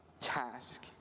task